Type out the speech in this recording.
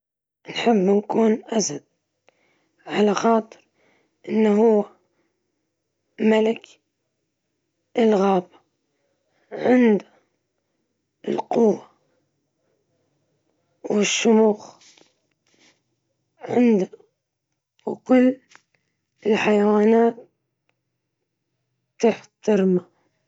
نختار أسد، لأنه ملك الغابة، ونستمتع بالقوة والحرية في الصيد والتجول في البرية.